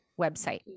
website